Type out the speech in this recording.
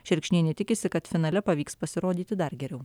šerkšnienė tikisi kad finale pavyks pasirodyti dar geriau